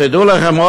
תדעו לכם,